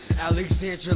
Alexandra